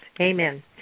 Amen